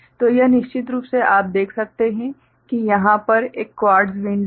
तो यह निश्चित रूप से है आप देख सकते हैं कि यहां पर एक क्वार्ट्ज विंडो है